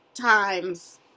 times